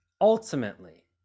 ultimately